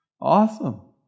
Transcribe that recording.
awesome